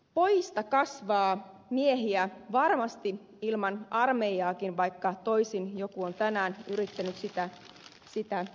pojista kasvaa miehiä varmasti ilman armeijaakin vaikka toisin joku on tänään yrittänyt väittää